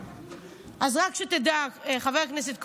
אז רק שתדע, חבר הכנסת קרויזר,